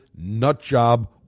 nutjob